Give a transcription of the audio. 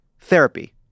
therapy